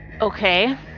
Okay